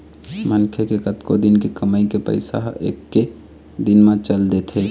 मनखे के कतको दिन के कमई के पइसा ह एके दिन म चल देथे